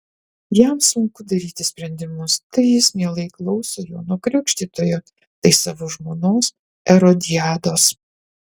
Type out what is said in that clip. jam sunku daryti sprendimus tai jis mielai klauso jono krikštytojo tai savo žmonos erodiados